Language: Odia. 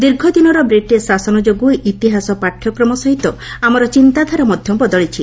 ଦୀର୍ଘଦିନର ବ୍ରିଟିଶ ଶାସନ ଯୋଗୁଁ ଇତିହାସ ପାଠ୍ୟକ୍ରମ ସହିତ ଆମର ଚିନ୍ତାଧାରା ମଧ୍ଧ ବଦଳିଛି